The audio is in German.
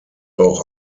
auch